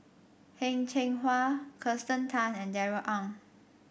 Heng Cheng Hwa Kirsten Tan and Darrell Ang